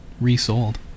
resold